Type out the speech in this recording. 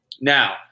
Now